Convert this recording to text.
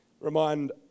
remind